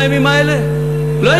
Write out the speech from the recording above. הגענו לימים האלה, השר שטרית?